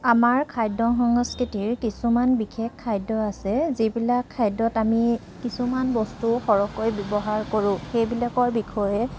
আমাৰ খাদ্য সংস্কৃতিৰ কিছুমান বিশেষ খাদ্য আছে যিবিলাক খাদ্যত আমি কিছুমান বস্তু সৰহকৈ ব্যৱহাৰ কৰোঁ সেইবিলাকৰ বিষয়ে